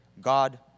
God